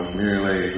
merely